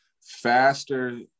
faster